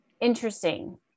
interesting